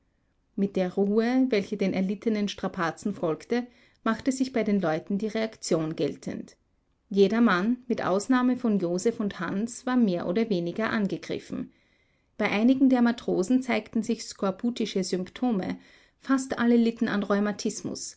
mit der ruhe welche den erlittenen strapazen folgte machte sich bei den leuten die reaktion geltend jedermann mit ausnahme von joseph und hans war mehr oder weniger angegriffen bei einigen der matrosen zeigten sich skorbutische symptome fast alle litten an rheumatismus